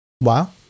Wow